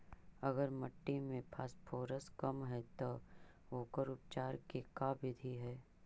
अगर मट्टी में फास्फोरस कम है त ओकर उपचार के का बिधि है?